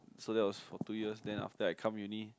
so that was for two years then after that I come uni